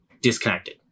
disconnected